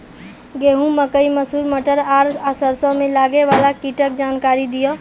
गेहूँ, मकई, मसूर, मटर आर सरसों मे लागै वाला कीटक जानकरी दियो?